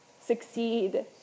succeed